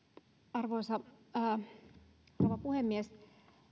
arvoisa rouva puhemies